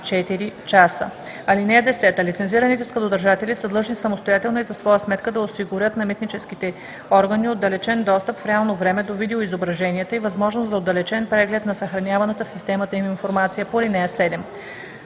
часа. (10) Лицензираните складодържатели са длъжни самостоятелно и за своя сметка да осигурят на митническите органи отдалечен достъп в реално време до видеоизображенията и възможност за отдалечен преглед на съхраняваната в системата им информация по ал. 7.